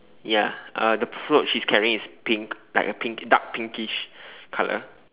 ya are the float she's carrying is pink like a pink dark pinkish colour